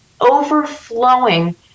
overflowing